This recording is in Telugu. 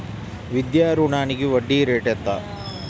విద్యా రుణానికి వడ్డీ రేటు ఎంత?